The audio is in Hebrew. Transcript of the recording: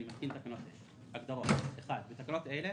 אני מתקין תקנות אלה: הגדרות בתקנות אלה